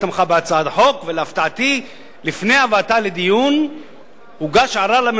הצעת חוק המכר היא הצעה שאני מוכרח להגיד שאני מאוד תמה על ההתנהלות של